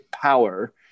power